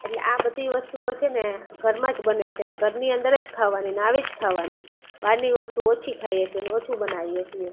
એટલે આ બધી વસ્તુઓ છેને ઘરમાં જ બને છેને ઘરની અંદર જ ખાવાની ને આવી જ ખાવાની બારની વસ્તુઓ ઓછી ખાઈએ છેને ઓછું બનાવીએ છીએ